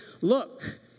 look